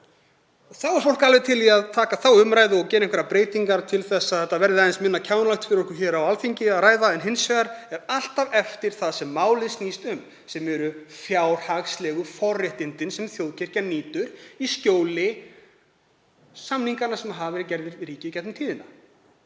Þá er fólk alveg til í að taka þá umræðu og gera einhverjar breytingar til að það verði aðeins minna kjánalegt fyrir okkur hér á Alþingi að ræða en hins vegar situr alltaf eftir það sem málið snýst um, fjárhagslegu forréttindin sem þjóðkirkjan nýtur í skjóli samninganna sem hafa verið gerðir við ríkið í gegnum tíðina.